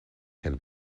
can